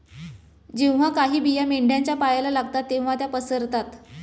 जेव्हा काही बिया मेंढ्यांच्या पायाला लागतात तेव्हा त्या पसरतात